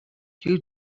you